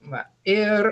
va ir